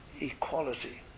equality